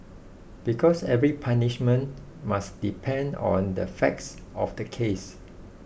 because every punishment must depend on the facts of the case